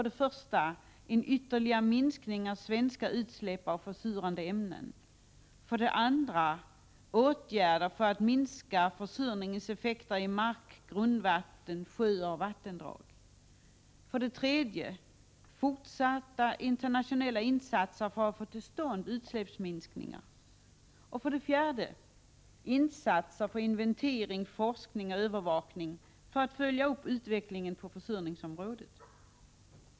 Det program som nu läggs fram för riksdagen berör: 2. åtgärder för att minska försurningens effekter i mark, grundvatten, sjöar och vattendrag, 3. fortsatta internationella insatser för att få till stånd utsläppsminskningar samt 4, insatser för inventering, forskning och övervakning för att följa upp utvecklingen på försurningsområdet.